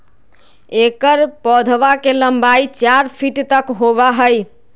एकर पौधवा के लंबाई चार फीट तक होबा हई